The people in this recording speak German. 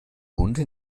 hunde